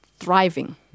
Thriving